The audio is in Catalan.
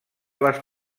les